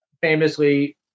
famously